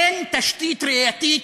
אין תשתית ראייתית